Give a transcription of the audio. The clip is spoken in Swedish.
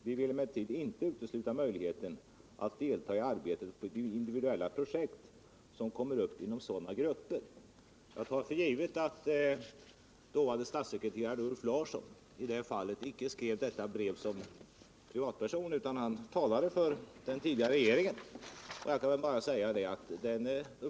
Jag vill emellertid inte utesluta möjligheten att delta i arbete på individuella projekt som kommer upp inom sådana grup